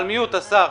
השר,